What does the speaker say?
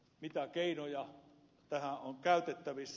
mitä keinoja tähän on käytettävissä